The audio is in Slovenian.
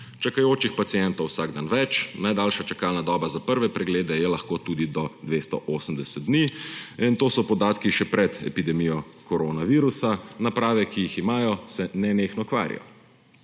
Čakajočih pacientov vsak dan več, najdaljša čakalna doba za prve preglede je lahko tudi do 280 dni in to so podatki še pred epidemijo koronavirusa. Naprave, ki jih imajo, se nenehno kvarijo.